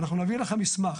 אנחנו נביא לך מסמך